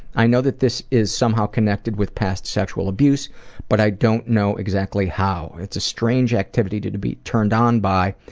i know that this is somehow connected with past sexual abuse but i don't know exactly how. it's a strange activity to be turned on by.